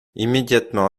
immédiatement